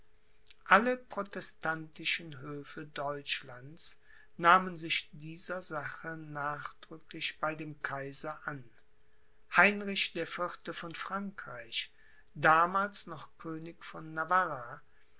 alle protestantischen höfe deutschlands nahmen sich dieser sache nachdrücklich bei dem kaiser an heinrich der vierte von frankreich damals noch könig von